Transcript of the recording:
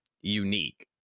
unique